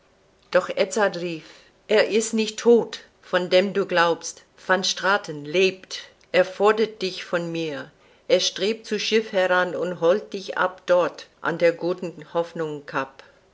doch edzard rief er ist nicht todt von dem du's glaubst van straten lebt er fordert dich von mir er strebt zu schiff heran und holt dich ab dort an der guten hoffnung cap